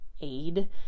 aid